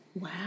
Wow